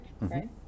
right